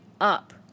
up